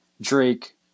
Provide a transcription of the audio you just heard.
Drake